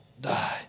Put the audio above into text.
die